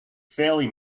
fairly